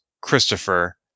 Christopher